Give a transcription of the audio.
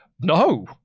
no